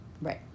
Right